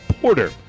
porter